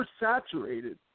oversaturated